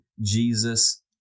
Jesus